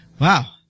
wow